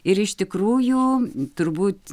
ir iš tikrųjų turbūt